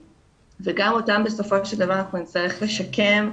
גם אותם בסופו של דבר אנחנו נצטרך לשקם,